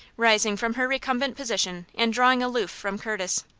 rising from her recumbent position, and drawing aloof from curtis.